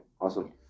awesome